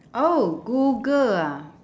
oh google ah